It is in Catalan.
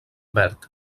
verd